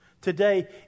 today